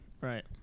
Right